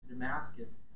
Damascus